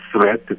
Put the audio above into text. threat